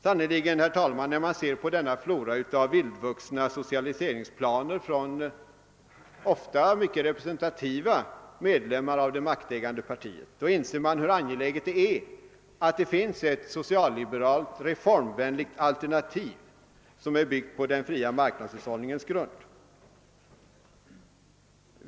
Sannerligen — när vi ser på denna flora av vildvuxna socialiseringsplaner från ofta mycket representativa medlemmar av det maktägande partiet inser vi hur angeläget det är att det finns ett socialliberalt reformvänligt alternativ som är byggt på den fria marknadshushållningens grund.